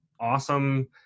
awesome